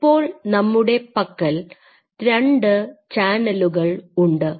ഇപ്പോൾ നമ്മുടെ പക്കൽ രണ്ട് ചാനലുകൾ ഉണ്ട്